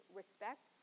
respect